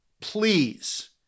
please